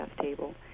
table